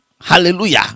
hallelujah